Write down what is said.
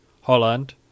Holland